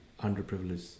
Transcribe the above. underprivileged